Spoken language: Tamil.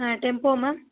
ah tempo ma'am